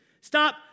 Stop